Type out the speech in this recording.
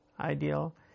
ideal